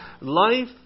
life